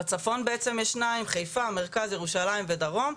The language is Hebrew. בצפון יש שתיים, חיפה, מרכז, ירושלים ודרום.